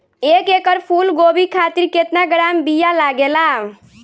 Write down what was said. एक एकड़ फूल गोभी खातिर केतना ग्राम बीया लागेला?